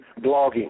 blogging